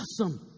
awesome